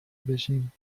بشیم